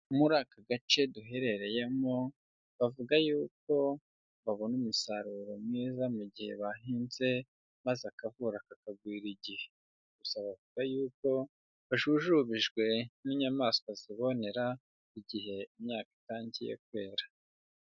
Muri aka gace duherereyemo, bavuga yuko babona umusaruro mwiza mu gihe bahinze maze akavura kakagwira igihe, gusa bavuga yuko bajujubijwe n'inyamaswa zibonera igihe imyaka itangiye kwera.